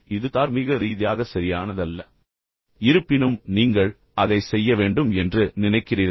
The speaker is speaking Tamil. இது தார்மீக ரீதியாக சரியானதல்ல என்பது உங்களுக்குத் தெரியும் இருப்பினும் நீங்கள் அதைச் செய்ய வேண்டும் என்று நினைக்கிறீர்கள்